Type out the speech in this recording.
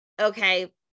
okay